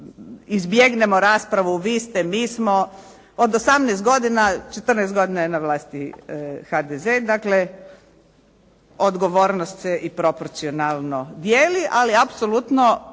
izbjegnemo raspravu vi ste, mi smo od 18 godina, 14 godina je na vlasti HDZ, dakle odgovornost se i proporcionalno dijeli, ali apsolutno